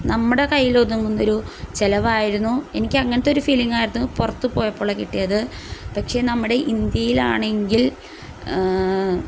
നമ്മുടെ കയ്യിലൊതുങ്ങുന്ന ഒരു ചെലവായിരുന്നു എനിക്കങ്ങനത്തെയൊരു ഫീലിംഗായിരുന്നു പുറത്ത് പോയപ്പോൾ കിട്ടിയത് പക്ഷെ നമ്മുടെ ഇന്ത്യയിലാണെങ്കിൽ